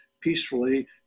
peacefully